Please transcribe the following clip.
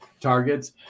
targets